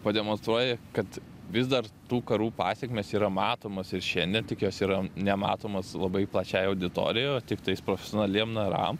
pademonstruoja kad vis dar tų karų pasekmės yra matomos ir šiandien tikiuosi yra nematomos labai plačiai auditorijoj o tiktais profesionaliem naram